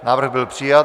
Návrh byl přijat.